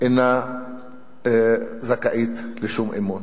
אינה זכאית לשום אמון.